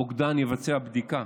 המוקדן יבצע בדיקה